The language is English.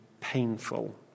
painful